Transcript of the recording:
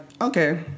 okay